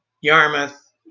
Yarmouth